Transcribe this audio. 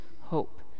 hope